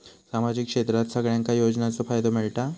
सामाजिक क्षेत्रात सगल्यांका योजनाचो फायदो मेलता?